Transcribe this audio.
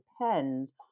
depends